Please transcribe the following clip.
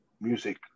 music